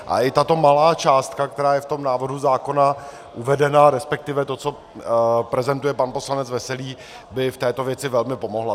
A i tato malá částka, která je v tom návrhu zákona uvedena, resp. to, co prezentuje pan poslanec Veselý, by v této věci velmi pomohla.